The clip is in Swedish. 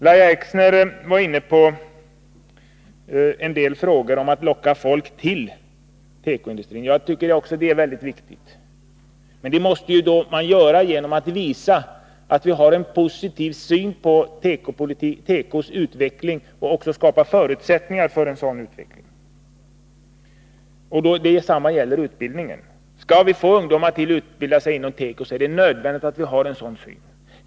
Lahja Exner var inne på en del frågor om att locka folk till tekoindustrin. Jag tycker också att det är viktigt. Men det måste man då göra genom att visa att vi har en positiv syn på tekos utveckling och också skapa förutsättningar för en sådan utveckling. Detsamma gäller utbildningen. Skall vi få ungdomar att utbilda sig inom teko är det nödvändigt att vi har en positiv syn på branschen.